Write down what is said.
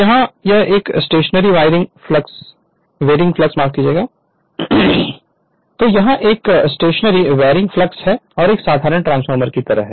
तो यहाँ यह एक स्टेशनरी वेयरिंग फ्लक्स है एक साधारण ट्रांसफ़ॉर्मर की तरह